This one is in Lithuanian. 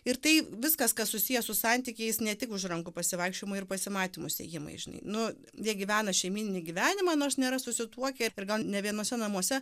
ir tai viskas kas susiję su santykiais ne tik už rankų pasivaikščiojimai ir pasimatymus ėjimai žinai nu jie gyvena šeimyninį gyvenimą nors nėra susituokę ir ir gal ne vienuose namuose